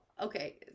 okay